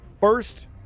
first